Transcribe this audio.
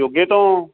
ਜੋਗੇ ਤੋਂ